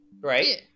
Right